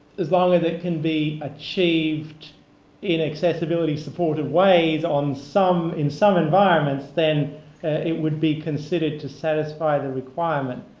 as long as it can be achieved in accessibility supported ways, on some in some environments then it would be considered to satisfy the requirement.